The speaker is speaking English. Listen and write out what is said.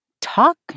Talk